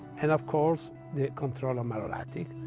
and of course the control of malolactic.